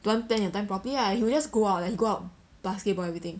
don't want plan your time properly lah he will just go out leh he go out basketball everything